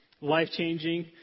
Life-changing